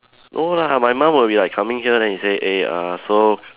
no lah my mum would be like coming here then he say eh uh so